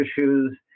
issues